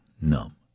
numb